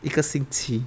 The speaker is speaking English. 一个星期